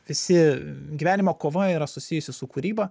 visi gyvenimo kova yra susijusi su kūryba